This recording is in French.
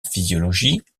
physiologie